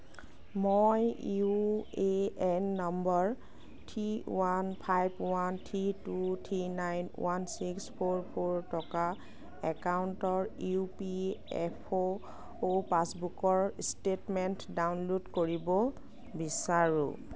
মই UAN number three one five one three two three nine one six four four থকা একাউণ্টৰ EPFO পাছবুকৰ statement download উকৰিব বিচাৰোঁ